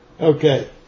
Okay